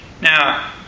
Now